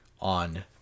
on